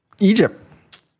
Egypt